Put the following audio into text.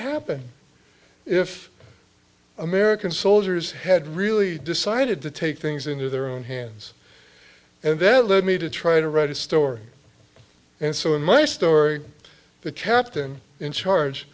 happen if american soldiers had really decided to take things into their own hands and that led me to try to write a story and so in my story the captain in charge